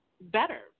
better